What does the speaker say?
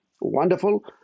Wonderful